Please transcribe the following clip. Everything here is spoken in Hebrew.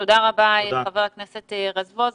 תודה רבה חבר הכנסת רזבוזוב.